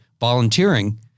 volunteering